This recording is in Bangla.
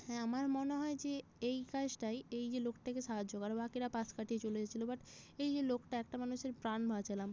হ্যাঁ আমার মনে হয় যে এই কাজটাই এই যে লোকটাকে সাহায্য করা বাকিরা পাশ কাটিয়ে চলে এসেছিল বাট এই যে লোকটা একটা মানুষের প্রাণ বাঁচালাম